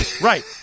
right